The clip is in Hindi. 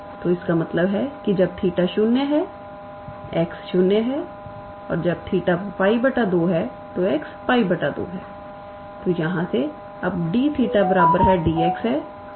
तो इसका मतलब है कि जब 𝜃 0 है x 0 है जब 𝜃 𝜋 2 है x 𝜋 2 है और यहां से and d𝜃 𝑑𝑥 है